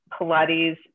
Pilates